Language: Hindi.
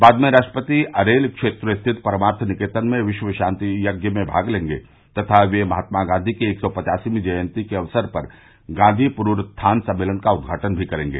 बाद में राष्ट्रपति अरेल क्षेत्र स्थित परमार्थ निकेतन में विश्व शांति यज्ञ में भाग लेंगे तथा वह महात्मा गांधी की एक सौ पचासवीं जयन्ती के अवसर पर गांधी पुनरूत्थान सम्मेलन का उदघाटन भी करेंगे